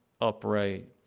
upright